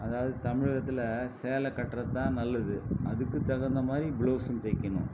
அதாவது தமிழகத்தில் சேலை கட்டுவது தான் நல்லது அதுக்கு தகுந்த மாதிரி ப்ளவுஸும் தைக்கணும்